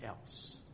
else